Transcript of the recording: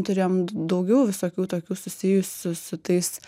turėjom daugiau visokių tokių susijusių su tais